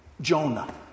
Jonah